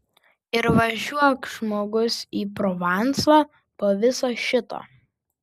ir važiuok žmogus į provansą po viso šito